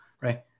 right